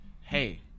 hey